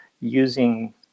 using